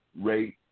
rate